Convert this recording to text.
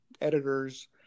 editors